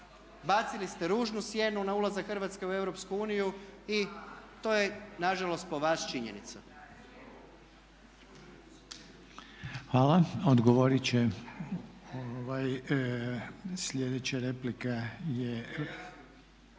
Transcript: Bacili ste ružnu sjenu na ulazak Hrvatske u EU i to je nažalost po vas činjenica. **Reiner, Željko (HDZ)** Hvala. Sljedeća replika je